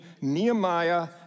Nehemiah